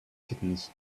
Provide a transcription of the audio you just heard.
kittens